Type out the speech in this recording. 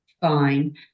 fine